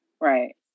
Right